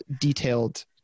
detailed